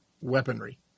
weaponry